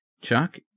Chuck